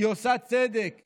היא עושה צדק,